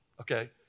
okay